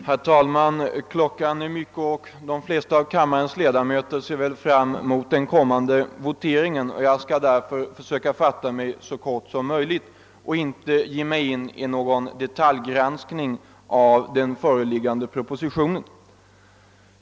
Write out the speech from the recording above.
Herr talman! Klockan är mycket, och de flesta av ledamöterna ser väl fram mot den kommande voteringen. Jag skall därför fatta mig så kort som möjligt och inte ge mig in i någon detaljgranskning av den föreliggande propositionen.